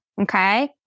okay